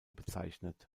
bezeichnet